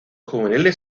juveniles